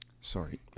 sorry